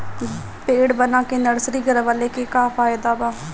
Bed बना के nursery गिरवले के का फायदा बा?